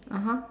(uh huh)